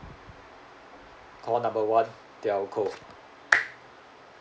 call number one telco